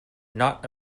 not